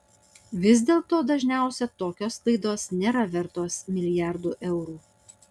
vis dėlto dažniausiai tokios klaidos nėra vertos milijardų eurų